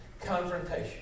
confrontation